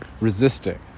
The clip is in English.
resisting